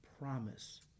promise